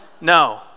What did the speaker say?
No